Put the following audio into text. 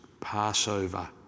Passover